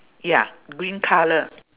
ya green colour